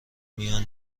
میان